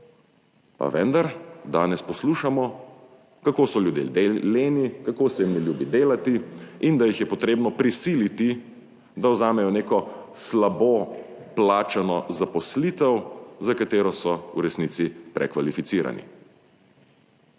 Pa vendar danes poslušamo, kako so ljudje leni, kako se jim ne ljubi delati in da jih je treba prisiliti, da vzamejo neko slabo plačano zaposlitev, za katero so v resnici prekvalificirani.